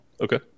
Okay